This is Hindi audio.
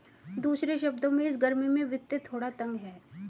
दूसरे शब्दों में, इस गर्मी में वित्त थोड़ा तंग है